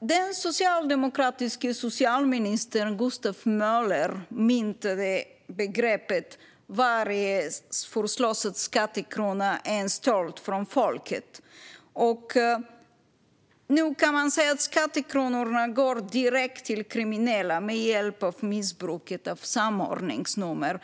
Den socialdemokratiske socialministern Gustav Möller myntade begreppet: Varje förslösad skattekrona är en stöld från folket. Nu kan man säga att skattekronorna går direkt till kriminella med hjälp av missbruket av samordningsnummer.